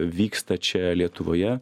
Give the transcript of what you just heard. vyksta čia lietuvoje